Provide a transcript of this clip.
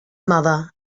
mother